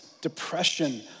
depression